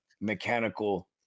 mechanical